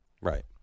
Right